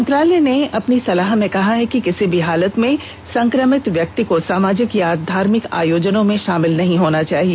मंत्रालय ने अपनी सलाह में कहा है कि किसी भी हालत में सं क्र मित व्यक्ति को सामाजिक या धार्मिक आयोजनों में शामिल नहीं होना चाहिए